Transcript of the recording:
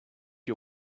you